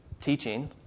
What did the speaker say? teaching